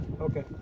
Okay